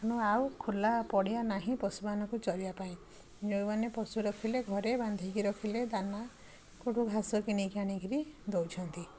ତେଣୁ ଆଉ ଖୋଲା ପଡ଼ିଆ ନାହିଁ ପଶୁମାନଙ୍କୁ ଚରିବା ପାଇଁ ଯେଉଁମାନେ ପଶୁ ରଖିଲେ ଘରେ ବାନ୍ଧିକି ରଖିଥିଲେ ଦାନା କେଉଁଠୁ ଘାସ କିଣିକି ଆଣିକିରି ଦେଉଛନ୍ତି